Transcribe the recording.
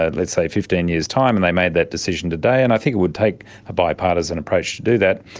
ah let's say, fifteen years' time, and they made that decision today, and i think it would take a bi-partisan approach to do that,